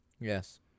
Yes